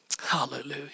Hallelujah